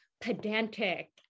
pedantic